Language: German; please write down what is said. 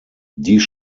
dies